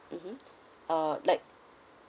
mmhmm uh like